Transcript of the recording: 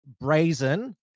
brazen